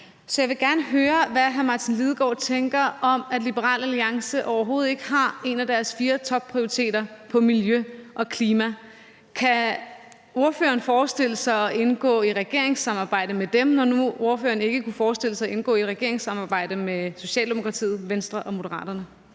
Så jeg vil gerne høre, hvad hr. Martin Lidegaard tænker om at Liberal Alliance overhovedet ikke har miljø og klima som en af deres fire topprioriteter. Kan ordføreren forestille sig at indgå i et regeringssamarbejde med dem, når nu ordføreren ikke kunne forestille sig at indgå i et regeringssamarbejde med Socialdemokratiet, Venstre og Moderaterne?